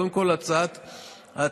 אתה מתייחס להצעת החוק?